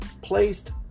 placed